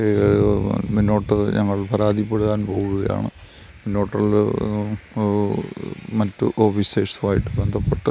മുന്നോട്ട് ഞങ്ങൾ പരാതിപ്പെടുവാൻ പോവുകയാണ് മുന്നോട്ടുള്ള മറ്റ് ഓഫിസേഴ്സുമായിട്ട് ബന്ധപ്പെട്ട്